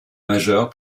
majeures